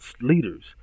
leaders